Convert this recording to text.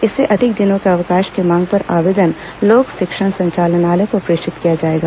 इससे अधिक दिनों के अवकाश की मांग पर आवेदन लोक शिक्षण संचालनालय को प्रेषित किया जाएगा